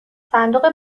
صندوق